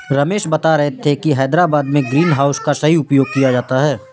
रमेश बता रहे थे कि हैदराबाद में ग्रीन हाउस का सही उपयोग किया जाता है